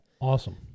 Awesome